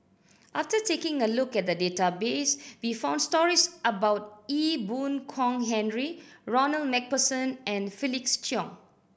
after taking a look at the database we found stories about Ee Boon Kong Henry Ronald Macpherson and Felix Cheong